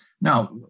Now